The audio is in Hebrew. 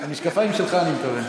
המשקפיים שלך, אני מקווה.